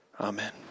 Amen